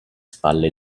spalle